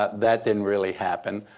that didn't really happen.